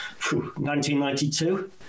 1992